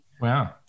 Wow